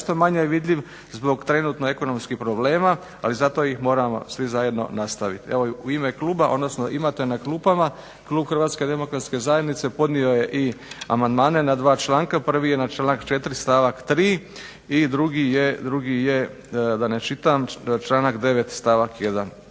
nešto manje je vidljiv zbog trenutno ekonomskih problema, ali zato ih moramo svi zajedno nastaviti. Evo u ime kluba, odnosno imate na klupama, klub HDZ-a podnio je i amandmane na dva članka, prvi je na članak 4. stavak 3. i drugi je, da ne čitam članak 9. stavak 1.